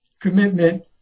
commitment